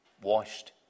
Washed